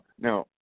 Now